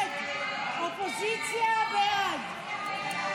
הסתייגות 1368 לא נתקבלה.